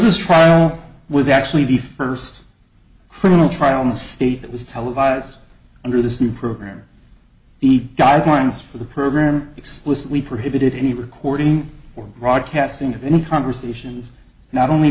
this trial was actually the first criminal trial in the state that was televised under this new program the guidelines for the program explicitly prohibited any recording or broadcasting of any conversations not only